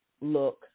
look